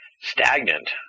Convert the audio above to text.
stagnant